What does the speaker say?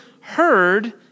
heard